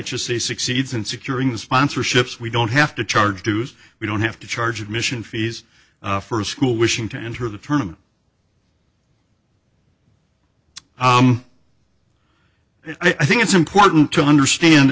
just say succeeds in securing the sponsorships we don't have to charge dues we don't have to charge admission fees first school wishing to enter the term i think it's important to understand